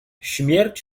śmierć